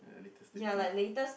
ya latest thirty two